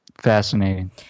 fascinating